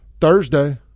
Thursday